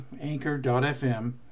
Anchor.fm